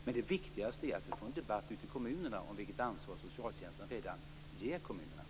Men det viktigaste är att få en debatt i kommunerna om vilket ansvar socialtjänstlagen ger kommunerna.